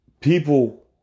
People